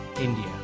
India